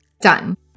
done